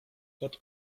kot